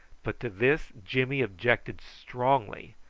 but to this jimmy objected strongly.